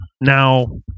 now